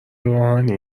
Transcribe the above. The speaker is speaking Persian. روحانی